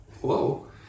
whoa